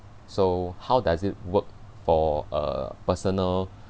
so how does it work for uh personal